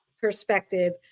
perspective